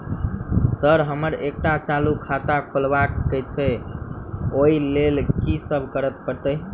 Sir हमरा एकटा चालू खाता खोलबाबह केँ छै ओई लेल की सब करऽ परतै?